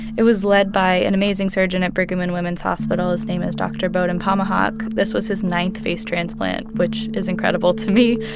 it was led by an amazing surgeon at brigham and women's hospital. his name is dr. bohdan pomahac. this was his ninth face transplant, which is incredible to me.